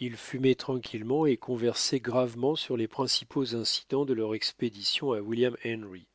ils fumaient tranquillement et conversaient gravement sur les principaux incidents de leur expédition à william henry